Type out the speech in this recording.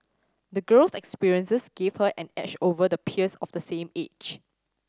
the girl's experiences gave her an edge over the peers of the same age